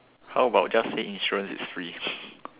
how about just say insurance is free